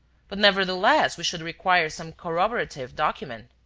but nevertheless we should require some corroborative document.